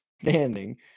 standing